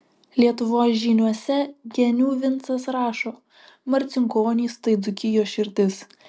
lietuvos žyniuose genių vincas rašo marcinkonys tai dzūkijos širdis